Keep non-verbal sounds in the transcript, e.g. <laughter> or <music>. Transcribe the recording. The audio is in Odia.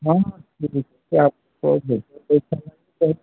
ହଁ <unintelligible>